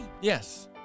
Yes